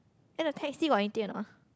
then the taxi got anything or not ah